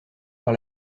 par